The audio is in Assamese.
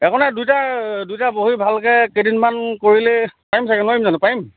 আপোনাৰ দুইটা দুইটা বহি ভালকে কেইদিনমান কৰিলে পাৰিম চাগে নোৱাৰিম জানো পাৰিম